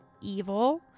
evil